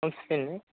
నమస్తే